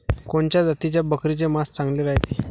कोनच्या जातीच्या बकरीचे मांस चांगले रायते?